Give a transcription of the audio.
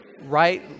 Right